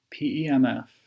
PEMF